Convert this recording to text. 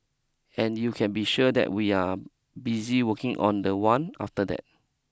and you can be sure that we are busy working on the one after that